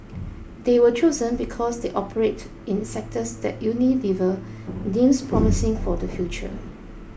they were chosen because they operate in sectors that Unilever deems promising for the future